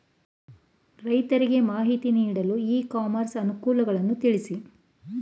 ರೈತರಿಗೆ ಮಾಹಿತಿ ನೀಡಲು ಇ ಕಾಮರ್ಸ್ ಅನುಕೂಲಗಳನ್ನು ತಿಳಿಸಿ?